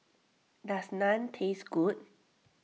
does Naan taste good